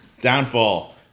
Downfall